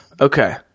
Okay